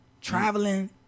traveling